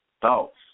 thoughts